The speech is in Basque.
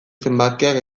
zenbakiak